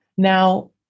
Now